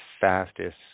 fastest